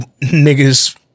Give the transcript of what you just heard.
niggas